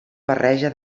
barreja